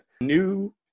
new